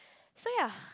so ya